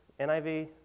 NIV